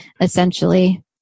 essentially